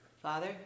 Father